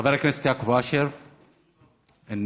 חבר הכנסת יעקב אשר, איננו.